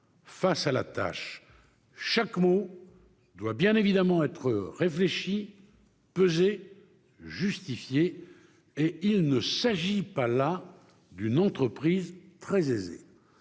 face à la tâche. Chaque mot doit bien évidemment être réfléchi, pesé, justifié. Et il ne s'agit pas là d'une entreprise très aisée.